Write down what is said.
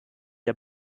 der